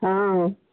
ହଁ